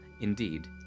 Indeed